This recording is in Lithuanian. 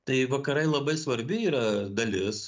tai vakarai labai svarbi yra dalis